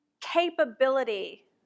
capability